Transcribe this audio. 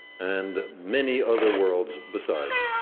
and many other worlds besides.